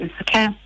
Okay